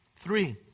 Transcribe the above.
Three